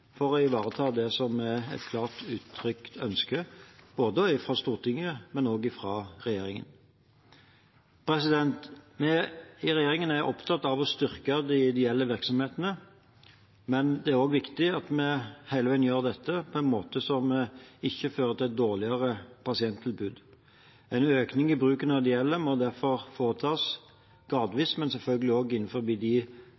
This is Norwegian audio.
for å ivareta det som er et klart uttrykt ønske, både fra Stortinget og fra regjeringen. Vi i regjeringen er opptatt av å styrke de ideelle virksomhetene, men det er også viktig at vi hele veien gjør dette på en måte som ikke fører til et dårligere pasienttilbud. En økning i bruken av ideelle må derfor foretas